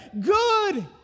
Good